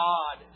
God